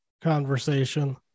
conversation